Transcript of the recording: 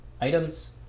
items